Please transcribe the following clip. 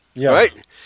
right